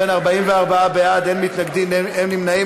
ובכן, 44 בעד, אין מתנגדים, אין נמנעים.